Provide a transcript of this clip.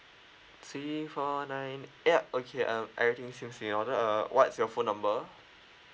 C four nine yup okay um everything seems to be in order uh what's your phone number